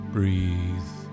Breathe